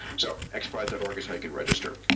so xprize dot org is how you can register.